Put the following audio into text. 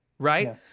right